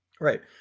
Right